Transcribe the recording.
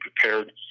prepared